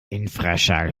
infraschall